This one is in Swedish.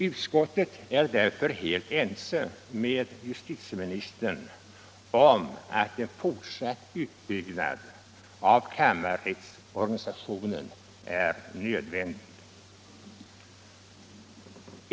Utskottet är därför helt ense med justitieministern om att en fortsatt utbyggnad av kammarrättsorganisationen är nödvändig.